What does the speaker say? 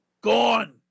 Gone